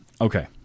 okay